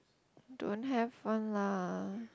don't have one lah